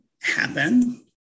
happen